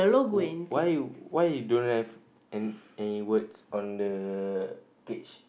w~ why you why you don't have a~ any words on the cage